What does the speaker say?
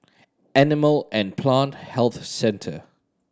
Animal and Plant Health Centre